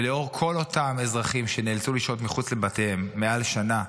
ונוכח כל אותם אזרחים שנאלצו לשהות מחוץ לבתיהם מעל שנה,